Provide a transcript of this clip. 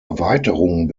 erweiterung